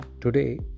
today